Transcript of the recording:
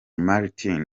martin